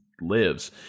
lives